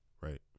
right